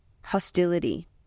Hostility